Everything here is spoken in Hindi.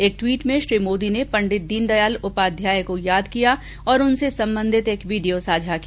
एक ट्वीट में श्री मोदी ने पंडित दीनदयाल उपाध्याय को याद किया और उनसे संबंधित एक वीडियो साझा किया